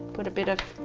put a bit of